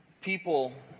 people